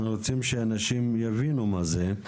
אנחנו רוצים שאנשים יבינו מה זה.